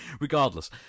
regardless